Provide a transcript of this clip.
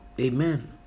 Amen